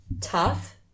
tough